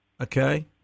Okay